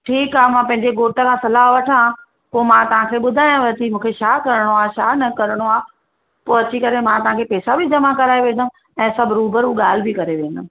ठीकु आहे मां पंहिंजे घोट खां सलाह वठां पोइ मां तव्हांखे ॿुधायांव थी मूंखे छा करिणो आहे छा न करिणो आहे पोइ अची करे मां तव्हांखे पैसा बि जमा कराए वेंदमि ऐं सभु रूबरु ॻाल्हि बि करे वेंदमि